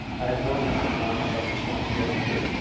i had known them, but now i had responsibility for